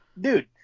Dude